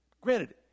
granted